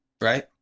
right